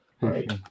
Right